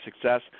success